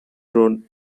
road